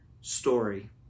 story